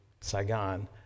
Saigon